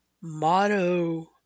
motto